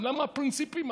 למה הפרינציפים הללו?